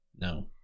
No